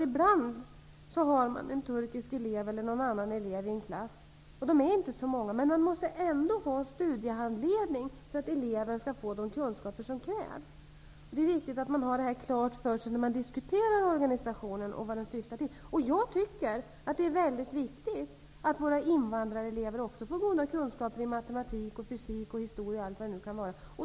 Ibland finns det en turkisk elev, eller någon annan elev, i en klass med inte så många elever. Men eleven måste ändå få studiehandledning för att kunna tillgodogöra sig de kunskaper som krävs. Det är viktigt att ha detta klart för sig när man diskuterar organisationen och vad den syftar till. Jag tycker att det är viktigt att våra invandrarelever också får goda kunskaper i matematik, fysik, historia osv.